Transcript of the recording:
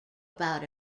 about